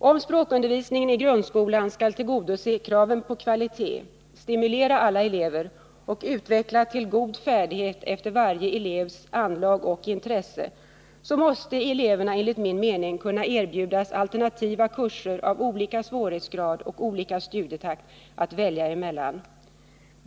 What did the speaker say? Om språkundervisningen i grundskolan skall tillgodose kraven på kvalitet, stimulera alla elever och utveckla till god färdighet efter varje elevs anlag och intresse, måste eleverna enligt min mening kunna erbjudas alternativa kurser av olika svårighetsgrad och olika studietakt, att välja emellan.